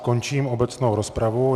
Končím obecnou rozpravu.